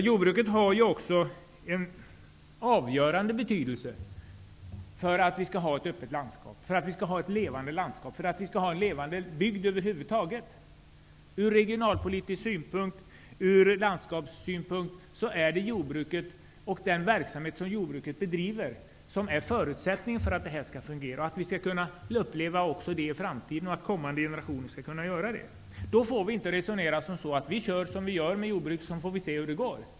Jordbruket har ju också en avgörande betydelse för ett öppet och levande landskap, över huvud taget för en levande bygd. Ur regionalpolitisk och landskapsmässig synpunkt är jordbrukets verksamhet förutsättningen för att detta skall fungera och för att även kommande generationer skall kunna få del av dessa värden. Vi får då inte resonera så, att vi skall köra vidare med jordbruket utan förändringar, så får vi se hur det går.